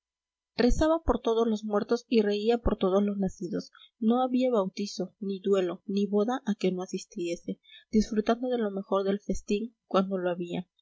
rezaba por todos los muertos y reía por todos los nacidos no había bautizo ni duelo ni boda a que no asistiese disfrutando de lo mejor del festín cuando lo había